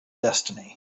destiny